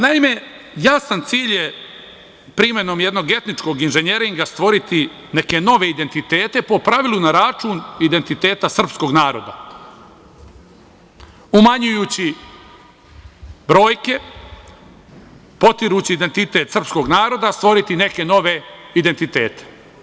Naime, jasan cilj je primenom jednog etničkog inženjeringa stvoriti neke nove identitete, po pravilu na račun identiteta srpskog naroda, umanjujući brojke, potirući identitet srpskog naroda stvoriti neke nove identitete.